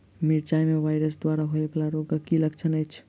मिरचाई मे वायरस द्वारा होइ वला रोगक की लक्षण अछि?